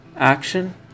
action